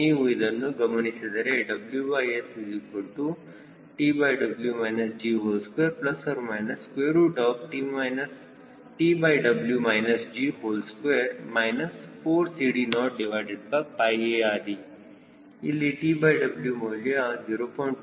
ನೀವು ಇದನ್ನು ಗಮನಿಸಿದರೆ WSTW G2TW G2 4CD0ARe ಇಲ್ಲಿ TW ಮೌಲ್ಯ 0